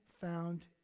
found